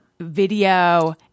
Video